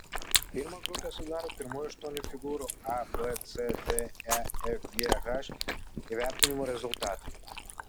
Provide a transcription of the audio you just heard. pirmą grupę sudaro pirmųjų aštuonių figūrų a b c d e f g h įvertinimų rezultatai